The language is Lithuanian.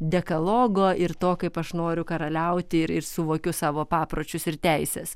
dekalogo ir to kaip aš noriu karaliauti ir ir suvokiu savo papročius ir teises